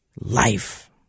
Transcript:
life